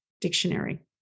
dictionary